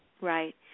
Right